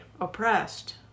oppressed